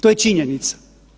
To je činjenica.